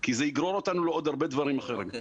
כי זה יגרור אותנו לעוד הרבה דברים אחרים.